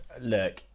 Look